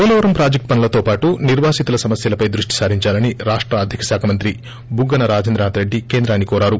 Polavaram project పనులతో పాటు నిర్వాసితుల సమస్వలపై దృష్టి సారించాలని రాష్ట ఆర్గిక శాఖ మంత్రి బుగ్గన రాజేంద్రనాథ్రెడ్డి కేంద్రాన్ని కోరారు